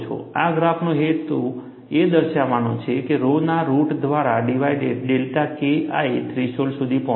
આ ગ્રાફનો મુખ્ય હેતુ એ દર્શાવવાનો છે કે રોના રુટ દ્વારા ડિવાઇડેડ ડેલ્ટા KI થ્રેશોલ્ડ સુધી પહોંચે છે